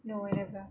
no I never